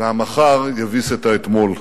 והמחר יביס את האתמול.